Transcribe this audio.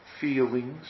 feelings